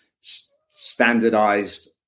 standardized